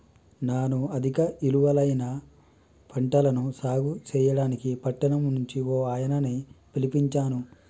నాను అధిక ఇలువైన పంటలను సాగు సెయ్యడానికి పట్టణం నుంచి ఓ ఆయనని పిలిపించాను